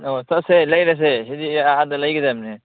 ꯑꯣ ꯆꯠꯁꯦ ꯂꯩꯔꯁꯦ ꯍꯤꯗꯤꯒꯥꯗ ꯂꯩꯒꯗꯝꯅꯤ